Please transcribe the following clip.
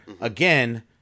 Again